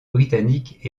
britanniques